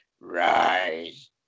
Rise